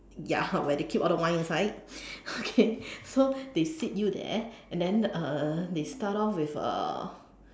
ya where they keep all the wine inside okay so they sit you there and then uh they start off with uh